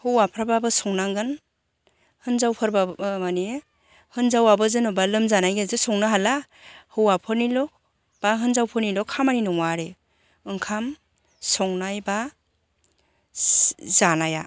हौवाफ्राबाबो संनांगोन हिन्जाफोरबाबो मानि होन्जावआबो जेन'बा लोमजानायखायसो संनो हाला हौवाफोरनिल' बा हिन्जावफोरनिल' खामानि नङा आरो ओंखाम संनाय बा जानाया